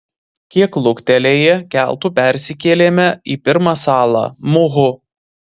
kiek luktelėję keltu persikėlėme į pirmą salą muhu